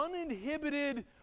uninhibited